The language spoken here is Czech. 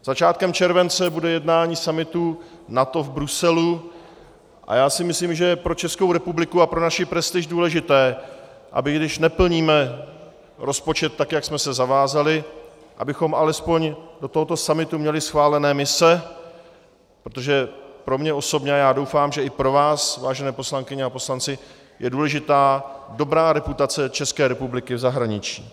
Začátkem července bude jednání summitu NATO v Bruselu a já si myslím, že je pro Českou republiku a pro naši prestiž důležité, aby když neplníme rozpočet tak, jak jsme se zavázali, abychom alespoň do tohoto summitu měli schválené mise, protože pro mě osobně, a já doufám, že i pro vás, vážené poslankyně a poslanci, je důležitá dobrá reputace České republiky v zahraničí.